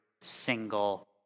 single